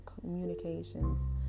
communications